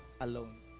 alone